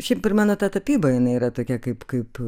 šiaip ir mano ta tapyba jinai yra tokia kaip kaip